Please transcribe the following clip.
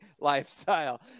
lifestyle